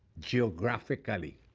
geographically.